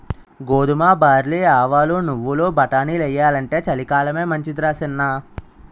గోధుమ, బార్లీ, ఆవాలు, నువ్వులు, బటానీలెయ్యాలంటే చలికాలమే మంచిదరా సిన్నా